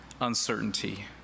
uncertainty